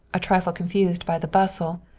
a trifle confused by the bustle,